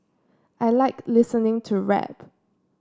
I like listening to rap